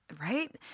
Right